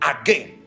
again